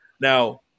Now